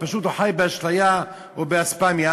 פשוט הוא חי באשליה או באספמיה.